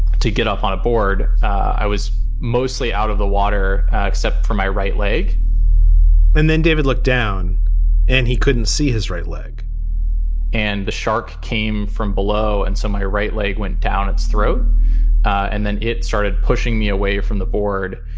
get up on a board. i was mostly out of the water except for my right leg then then david looked down and he couldn't see his right leg and the shark came from below, and so right leg went down its throat and then it started pushing me away from the board.